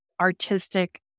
artistic